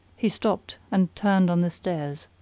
he stopped and turned on the stairs.